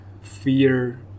fear